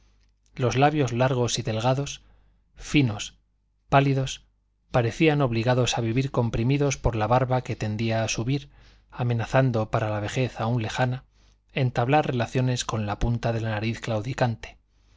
los labios largos y delgados finos pálidos parecían obligados a vivir comprimidos por la barba que tendía a subir amenazando para la vejez aún lejana entablar relaciones con la punta de la nariz claudicante